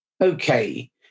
Okay